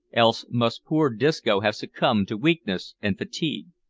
else must poor disco have succumbed to weakness and fatigue.